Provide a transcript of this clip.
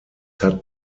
hat